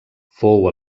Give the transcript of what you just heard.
fou